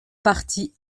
partie